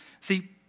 See